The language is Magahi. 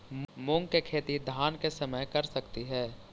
मुंग के खेती धान के समय कर सकती हे?